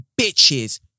Bitches